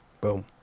Boom